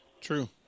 True